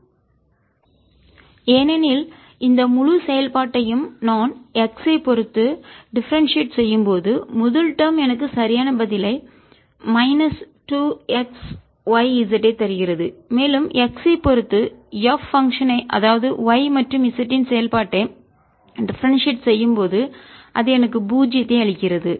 ஏன் ஏனெனில் இந்த முழு செயல்பாட்டையும் நான் x ஐ பொறுத்து டிஃபரென்டியேட் செய்யும்போது முதல் டேர்ம் எனக்கு சரியான பதிலைக் மைனஸ் 2 x y z ஐ தருகிறது மேலும் x ஐ பொறுத்து F பங்க்ஷன் ஐ அதாவது y மற்றும் z இன் செயல்பாட்டை டிஃபரென்டியேட் செய்யும் போது அது எனக்கு பூஜ்ஜியத்தை அளிக்கிறது